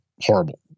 horrible